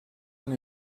una